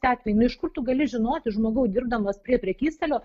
nu iš kur tu gali žinoti žmogau dirbdamas prie prekystalio